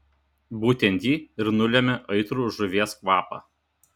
būtent ji ir nulemia aitrų žuvies kvapą